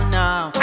now